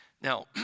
Now